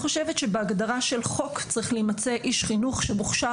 בהגדרה של חוק צריך להימצא איש חינוך שמוכשר